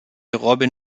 robin